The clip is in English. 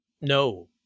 No